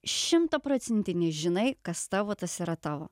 šimtaprocentiniai žinai kas tavo tas yra tavo